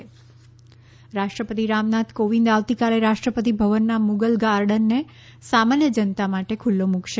Mughal garden રાષ્ટ્રપતિ રામનાથ કોવિંદ આવતીકાલે રાષ્ટ્રપતિ ભવનના મુઘલ ગાર્ડનને સામાન્ય જનતા માટે ખુલ્લો મુકશે